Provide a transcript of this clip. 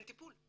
אין טיפול.